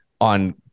on